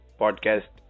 podcast